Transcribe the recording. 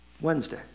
Wednesday